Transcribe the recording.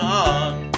on